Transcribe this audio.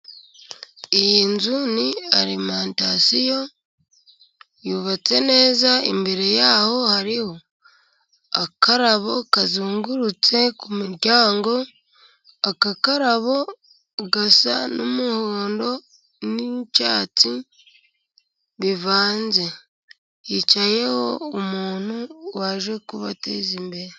Iyi nzu ni alimantasiyo yubatse neza. Imbere yaho hariho akarabo kazungurutse ku muryango. Aka karabo gasa n'umuhondo n'icyatsi bivanze. Yicayeho umuntu waje kubateza imbere.